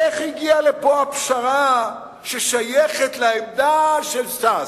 איך הגיעה לפה הפשרה ששייכת לעמדה של ש"ס?